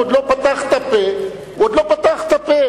הוא עוד לא פתח את הפה, הוא עוד לא פתח את הפה.